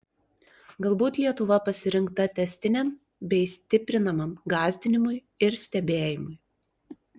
galbūt lietuva pasirinkta tęstiniam bei stiprinamam gąsdinimui ir stebėjimui